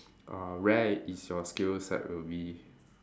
uh rare is your skills set will be